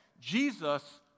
Jesus